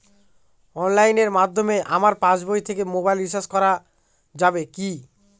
অনলাইনের মাধ্যমে আমার পাসবই থেকে মোবাইল রিচার্জ করা যাবে কি?